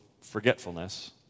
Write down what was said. forgetfulness